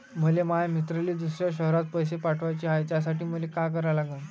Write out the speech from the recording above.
मले माया मित्राले दुसऱ्या शयरात पैसे पाठवाचे हाय, त्यासाठी मले का करा लागन?